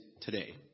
today